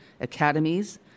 academies